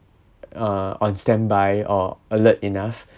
uh on standby or alert enough